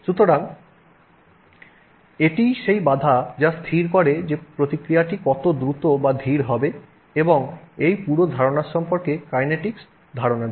সুতরাং এটিই সেই বাধা যা স্থির করে যে প্রতিক্রিয়াটি কত দ্রুত বা ধীর হবে এবং এই পুরো ধারণার সম্পর্কে কাইনেটিকস ধারণা দেয়